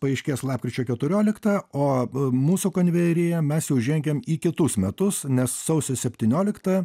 paaiškės lapkričio keturioliktą o mūsų konvejeryje mes jau žengiam į kitus metus nes sausio septynioliktą